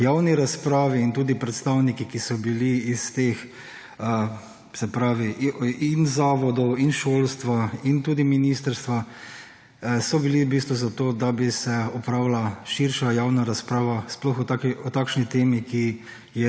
javni razpravi in tudi predstavniki, ki so bili iz teh, se pravi, in zavodov in šolstva in tudi ministrstva, so bili v bistvu za to, da bi se opravila širša javna razprava sploh o takšni temi, ki